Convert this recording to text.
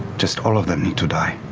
just all of them need to die